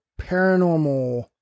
paranormal